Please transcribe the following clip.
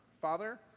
Father